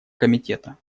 комитета